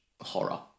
horror